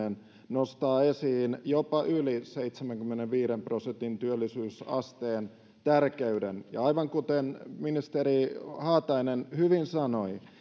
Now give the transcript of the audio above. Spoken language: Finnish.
nostaa esiin jopa yli seitsemänkymmenenviiden prosentin työllisyysasteen tärkeyden ja aivan kuten ministeri haatainen hyvin sanoi